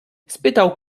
spytał